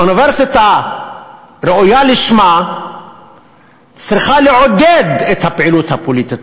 אוניברסיטה ראויה לשמה צריכה לעודד את הפעילות הפוליטית,